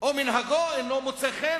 או מנהגו אינו מוצא חן.